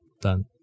done